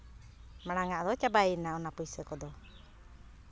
ᱢᱟᱲᱟᱝᱼᱟᱜ ᱫᱚ ᱪᱟᱵᱟᱭᱮᱱᱟ ᱚᱱᱟ ᱯᱚᱭᱥᱟ ᱠᱚᱫᱚ